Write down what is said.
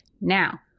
Now